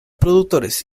productores